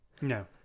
No